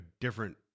different